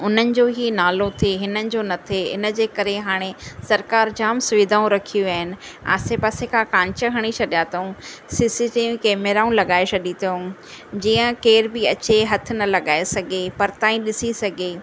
उन्हनि जो ई नालो थिए हिननि जो न थिए इन जे करे हाणे सरकारु जाम सुवीधाऊं रखी विया आहिनि आसे पासे खां कांच हणी छॾिया अथऊं सीसीटीवी कैमराऊं लॻाए छॾी अथऊं जीअं केर बि अचे हथ न लॻाए सघे परिता ई ॾिसी सघे